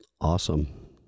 Awesome